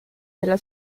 della